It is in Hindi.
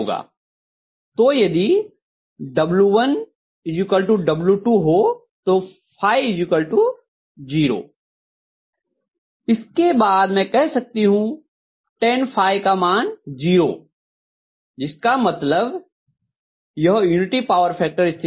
तो यदि W1W2 हो तो 0 इसके बाद मैं कह सकती हूँ tan phi का मान जीरो जिसका मतलब यह यूनिटी पावर फैक्टर स्थिति होगी